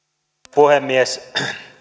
puhemies